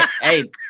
Hey